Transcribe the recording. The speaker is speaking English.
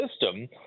system